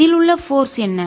இதில் உள்ள போர்ஸ் விசை என்ன